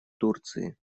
турции